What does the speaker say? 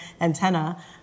antenna